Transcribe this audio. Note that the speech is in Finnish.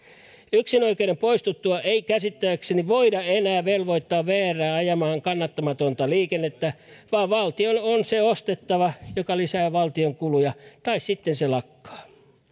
yksinoikeuden poistuttua ei käsittääkseni voida enää velvoittaa vrää ajamaan kannattamatonta liikennettä vaan valtion on se ostettava mikä lisää valtion kuluja tai sitten se lakkaa